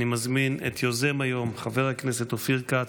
אני מזמין את יוזם היום, חבר הכנסת אופיר כץ,